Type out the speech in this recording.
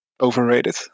Overrated